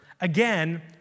again